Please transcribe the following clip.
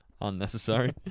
Unnecessary